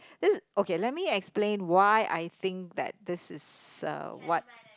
this is okay let me explain why I think that this is a what